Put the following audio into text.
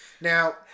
Now